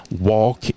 walk